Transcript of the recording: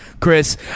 Chris